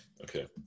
Okay